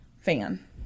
fan